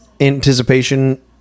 anticipation